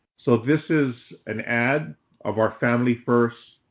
so this is an ad of our family first